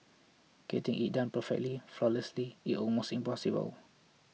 getting it done perfectly flawlessly is almost impossible